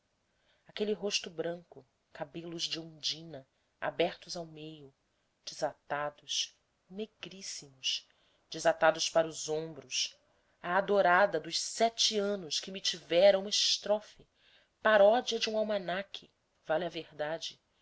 aquele rosto branco cabelos de ondina abertos ao meio desatados negríssimos desatados para os ombros a adorada dos sete anos que me tivera uma estrofe paródia de um almanaque valha a verdade